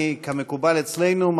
כמקובל אצלנו,